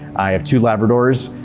i have two labradors,